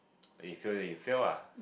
if you fail then you fail ah